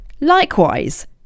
Likewise